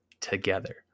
together